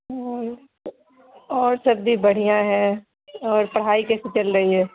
اور اور سب بھی بڑھیا ہے اور پڑھائی کیسی چل رہی ہے